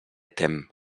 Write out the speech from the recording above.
tem